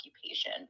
occupation